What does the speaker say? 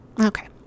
Okay